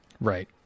right